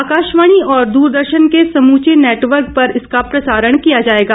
आकाशवाणी और द्रदर्शन के समूचे नेटवर्क पर इसका प्रसारण किया जायेगा